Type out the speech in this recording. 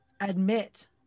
admit